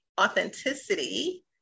authenticity